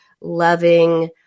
loving